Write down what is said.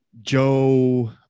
Joe